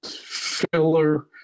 filler